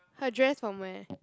her dress from where